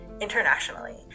internationally